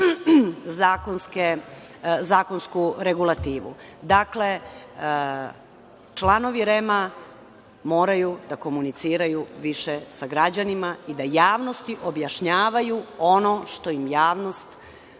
zakonsku regulativu. Dakle, članovi REM moraju da komuniciraju više sa građanima i da javnosti objašnjavaju ono što im javnost